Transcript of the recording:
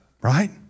right